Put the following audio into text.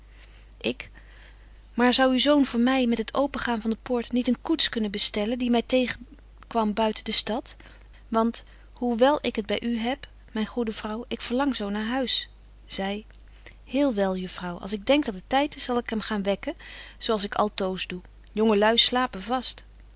ik maar zou uw zoon voor my met het open gaan van de poort niet een koets kunnen bestellen die my tegen kwam buiten de stad want hoe wel ik het by u heb myn goede vrouw ik verlang zo naar huis zy heel wel juffrouw als ik denk dat het tyd is zal ik hem gaan wekken zo als ik altoos doe jonge lui slapen vast